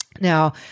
Now